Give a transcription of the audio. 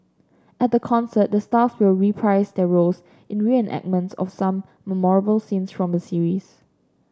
at the concert the stars will reprise their roles in reenactments of some memorable scenes from the series